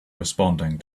responding